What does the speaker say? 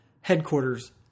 headquarters